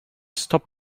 stop